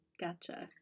Gotcha